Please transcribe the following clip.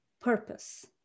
purpose